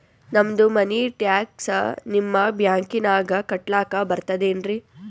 ನಮ್ದು ಮನಿ ಟ್ಯಾಕ್ಸ ನಿಮ್ಮ ಬ್ಯಾಂಕಿನಾಗ ಕಟ್ಲಾಕ ಬರ್ತದೇನ್ರಿ?